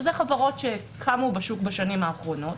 שזה חברות שקמו בשוק בשנים האחרונות,